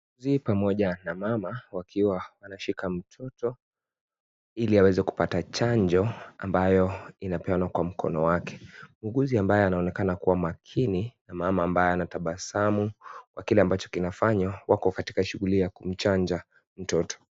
Mzee pamoja na mama wakiwa wanashika mtoto ili aweze kupata chanjo ambayo inapeanwa kwa mkono wake, muuguzi ambaye anaonekana kuwa makini na mama ambaye anatabasamu kwa kile ambacho kinafanywa wako katika shughuli ya kumchanja mtoto.